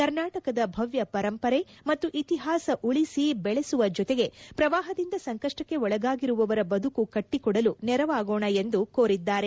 ಕರ್ನಾಟಕದ ಭವ್ಯ ಪರಂಪರೆ ಮತ್ತು ಇತಿಹಾಸ ಉಳಿಸಿ ಬೆಳೆಸುವ ಜೊತೆಗೆ ಪ್ರವಾಹದಿಂದ ಸಂಕಷ್ಸಕೆ ಒಳಗಾಗಿರುವವರ ಬದುಕು ಕಟ್ಟಿಕೊಡಲು ನೆರವಾಗೋಣ ಎಂದು ಕೋರಿದ್ದಾರೆ